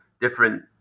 different